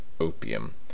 Opium